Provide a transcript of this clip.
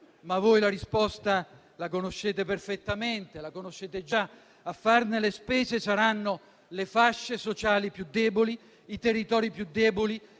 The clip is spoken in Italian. Voi la risposta la conoscete perfettamente. A farne le spese saranno le fasce sociali più deboli, i territori più deboli,